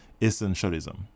essentialism